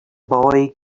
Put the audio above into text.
boy